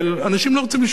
אנשים לא רוצים לשמוע את זה,